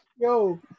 Yo